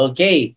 Okay